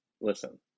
listen